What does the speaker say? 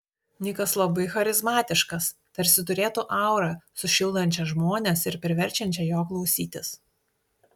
nikas labai charizmatiškas tarsi turėtų aurą sušildančią žmones ir priverčiančią jo klausytis